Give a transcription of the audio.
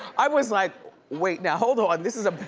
i was like wait, now, hold on. this is a